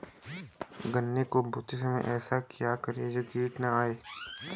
गन्ने को बोते समय ऐसा क्या करें जो कीट न आयें?